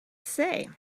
say